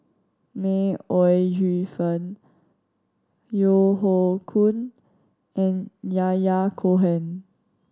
May Ooi Yu Fen Yeo Hoe Koon and Yahya Cohen